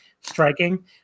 striking